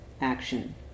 action